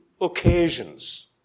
occasions